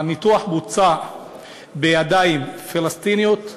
הניתוח בוצע בידיים פלסטיניות ב-100%.